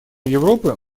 европы